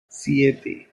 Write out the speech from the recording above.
siete